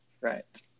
Right